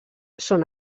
són